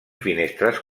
finestres